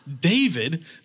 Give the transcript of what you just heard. David